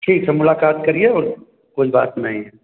ठीक है मुलाकात करिए और कोई बात नहीं है